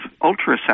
ultrasound